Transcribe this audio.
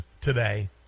today